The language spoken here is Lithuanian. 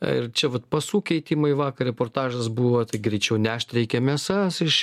ir čia vat pasų keitimai vakar reportažas buvo tai greičiau nešt reikia mėsas iš